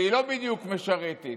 שהיא לא בדיוק משרתת,